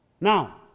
Now